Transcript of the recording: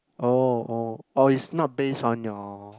oh oh oh is not based on your